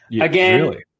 again